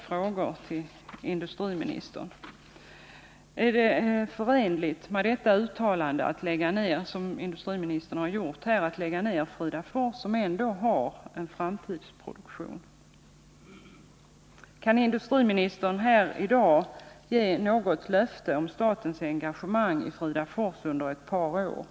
Är det förenligt med det uttalande som industriministern har gjort här att lägga ned Fridafors, som ändå har en framtidsproduktion? 2. Kan industriministern i dag ge något löfte om statens engagemang i Fridafors under ett par år?